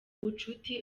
ubucuti